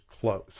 close